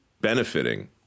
benefiting